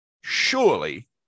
surely